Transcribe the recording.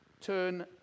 turn